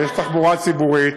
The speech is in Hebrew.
ויש תחבורה ציבורית,